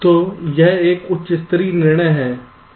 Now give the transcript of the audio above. तो यह एक उच्च स्तरीय निर्णय है जो आप ले रहे हैं